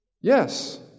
Yes